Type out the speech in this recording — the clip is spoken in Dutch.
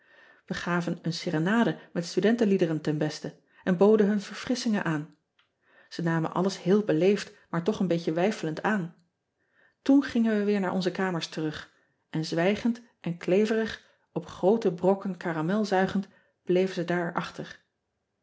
ij gaven een serenade met studentenliederen ten beste en boden hun verfrisschingen aan e namen alles heel beleefd maar toch een beetje weifelend aan oen gingen wij weer naar onze ean ebster adertje angbeen kamers terug en zwijgend en kleverig op groote brokken caramel zuigend bleven ze daar achter